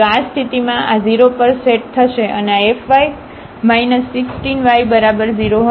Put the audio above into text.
તો આ સ્થિતિમાં આ 0 પર સેટ થશે અને આ fy 16 y બરાબર 0 હશે